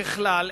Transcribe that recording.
ככלל,